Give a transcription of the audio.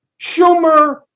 Schumer